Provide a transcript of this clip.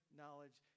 knowledge